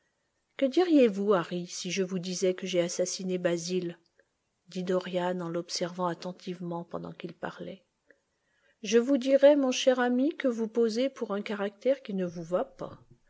que diriez-vous harry si je vous disais que j'ai assassiné basil dit dorian en l'observant attentivement pendant qu'il parlait je vous dirai mon cher ami que vous posez pour un caractère qui ne vous va pas